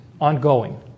ongoing